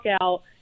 out